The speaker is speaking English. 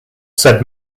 said